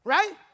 Right